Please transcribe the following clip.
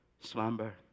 slumber